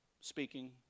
speaking